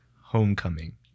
Homecoming